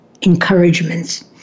encouragements